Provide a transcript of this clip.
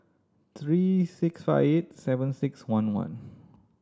three six five eight seven six one one